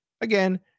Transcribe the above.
Again